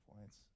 points